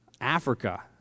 Africa